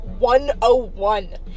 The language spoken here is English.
101